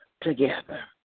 together